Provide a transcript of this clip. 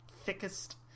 thickest